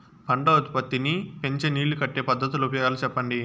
పంట ఉత్పత్తి నీ పెంచే నీళ్లు కట్టే పద్ధతుల ఉపయోగాలు చెప్పండి?